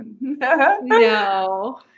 No